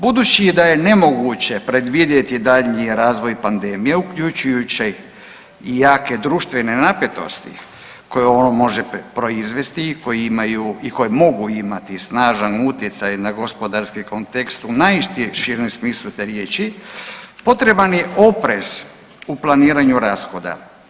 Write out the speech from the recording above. Budući da je nemoguće predvidjeti daljnji razvoj pandemije, uključujući i jake društvene napetosti koje ono može proizvesti i koje mogu imati snažan utjecaj na gospodarski kontekst u najširem smislu te riječi, potreban je oprez u planiranju rashoda.